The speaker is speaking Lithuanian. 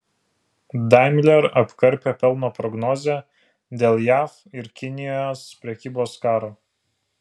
daimler apkarpė pelno prognozę dėl jav ir kinijos prekybos karo